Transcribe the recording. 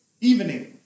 evening